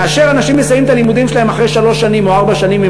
כאשר אנשים מסיימים את הלימודים שלהם אחרי שלוש שנים או ארבע שנים,